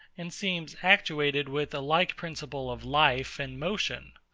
and seems actuated with a like principle of life and motion.